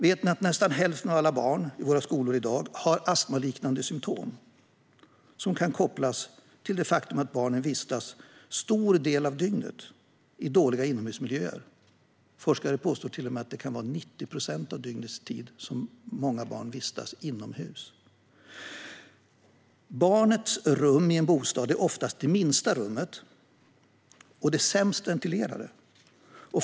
Vet ni att nästan hälften av alla barn i våra skolor i dag har astmaliknande symtom som kan kopplas till det faktum att barnen vistas en stor del av dygnet i dåliga inomhusmiljöer? Forskare påstår till och med att det kan vara 90 procent av dygnets tid som många barn vistas inomhus. Barnets rum i en bostad är oftast det minsta rummet och det sämst ventilerade.